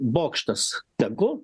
bokštas tegu